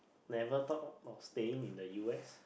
never thought of staying in the u_s